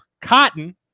Cotton